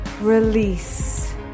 Release